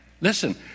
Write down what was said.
Listen